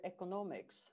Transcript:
economics